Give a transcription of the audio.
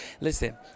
Listen